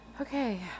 Okay